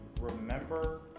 remember